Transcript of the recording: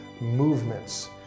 movements